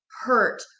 hurt